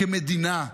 כמדינה,